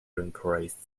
increased